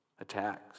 attacks